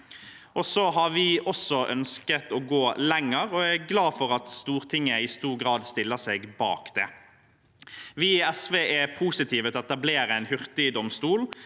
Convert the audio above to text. Så har vi også ønsket å gå lenger, og jeg er glad for at Stortinget i stor grad stiller seg bak det. Vi i SV er positive til å etablere en hurtigdomstol